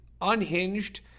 unhinged